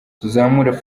tuzamurane